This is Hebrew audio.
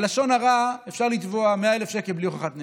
על לשון הרע אפשר לתבוע 100,000 שקל בלי הוכחת נזק.